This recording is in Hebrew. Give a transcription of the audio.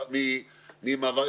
תנחו,